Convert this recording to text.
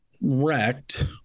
wrecked